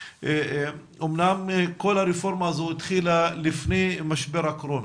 אומנם כל הרפורמה הזאת התחילה לפני משבר הקורונה,